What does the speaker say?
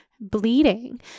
bleeding